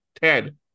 Ted